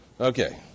Okay